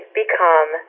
become